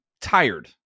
tired